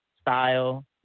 style